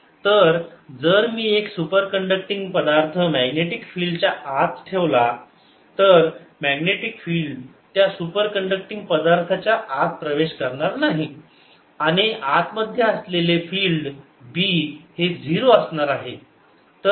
Binside0B0HM 0HMH As MχMH 01MH0 χM 1 तर जर मी एक सुपर कण्डक्टींग पदार्थ मॅग्नेटिक फिल्ड च्या आत ठेवला तर मॅग्नेटिक फिल्ड त्या सुपर कण्डक्टींग पदार्थाच्या आत प्रवेश करणार नाही आणि आत मध्ये असलेले फिल्ड B हे 0 असणार आहे